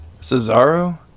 Cesaro